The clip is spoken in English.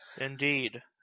Indeed